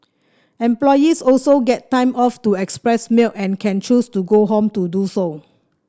employees also get time off to express milk and can choose to go home to do so